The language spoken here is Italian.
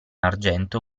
argento